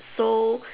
so